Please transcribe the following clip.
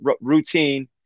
routine